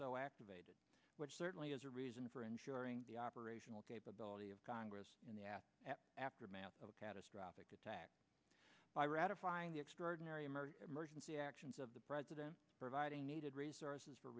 so activated which certainly is a reason for ensuring the operational capability of congress in the aft aftermath of a catastrophic attack by ratifying extraordinary emerging emergency actions of the president provide a needed resources for